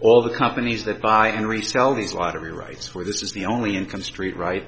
all the companies that buy and resell these lottery rights for this is the only income street right